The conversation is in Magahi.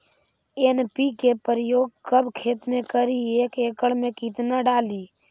एन.पी.के प्रयोग कब खेत मे करि एक एकड़ मे कितना डाली?